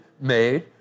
made